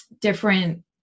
different